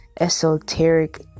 esoteric